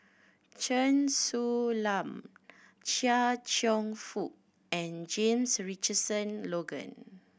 Chen Su Lan Chia Cheong Fook and James Richardson Logan